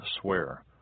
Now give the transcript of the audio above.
swear